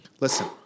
Listen